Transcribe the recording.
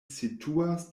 situas